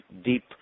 deep